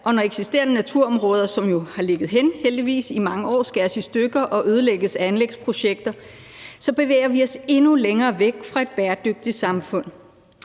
og når eksisterende naturområder, som jo har ligget hen, heldigvis, i mange år, skæres i stykker og ødelægges af anlægsprojekter, så bevæger vi os endnu længere væk fra et bæredygtigt samfund,